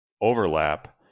overlap